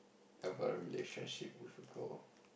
ever relationship with a girl